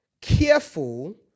Careful